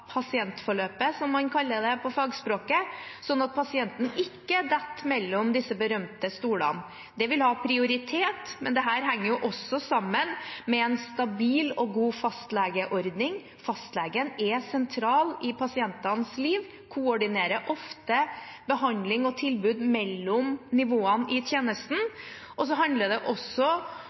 pasientforløpet, som man kaller det på fagspråket, sånn at pasienten ikke detter mellom disse berømte stolene. Det vil ha prioritet. Dette henger også sammen med en stabil og god fastlegeordning. Fastlegen er sentral i pasientenes liv og koordinerer ofte behandling og tilbud mellom nivåene i tjenesten. Det handler også